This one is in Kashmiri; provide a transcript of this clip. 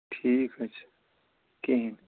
ٹھیٖک حظ چھِ کِہیٖنٛۍ